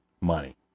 money